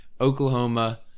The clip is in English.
Oklahoma